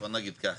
מתכוון.